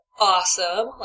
Awesome